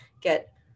get